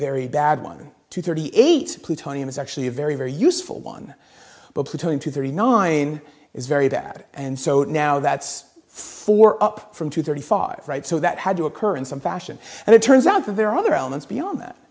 very bad one two thirty eight plutonium is actually a very very useful one but plutonium two three nine is very bad and so now that's four up from two thirty five right so that had to occur in some fashion and it turns out that there are other elements beyond that